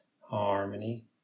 harmony